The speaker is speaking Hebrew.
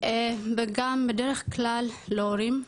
וגם בדרך כלל להורים,